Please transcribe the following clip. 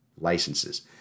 licenses